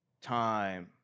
Time